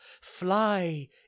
fly